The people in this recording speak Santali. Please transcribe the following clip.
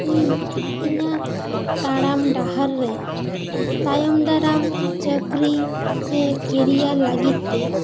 ᱤᱧ ᱤᱧᱟᱹᱜ ᱛᱟᱬᱟᱢ ᱰᱟᱦᱟᱨ ᱨᱮ ᱛᱟᱭᱚᱢ ᱫᱟᱨᱟᱢ ᱪᱟᱹᱠᱨᱤ ᱥᱮ ᱠᱤᱨᱭᱟᱨ ᱞᱟᱹᱜᱤᱫ ᱛᱮ